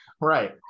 Right